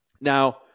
Now